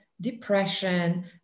depression